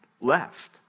left